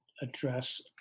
address